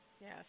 Yes